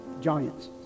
Giants